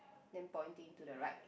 then pointing to the right